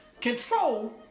Control